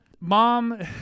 mom